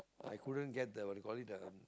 I couldn't get the what you call it the